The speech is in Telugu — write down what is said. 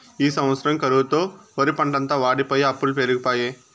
ఈ సంవత్సరం కరువుతో ఒరిపంటంతా వోడిపోయె అప్పులు పెరిగిపాయె